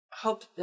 hope